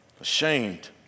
ashamed